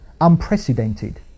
Unprecedented